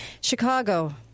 Chicago